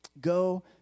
Go